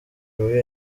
royal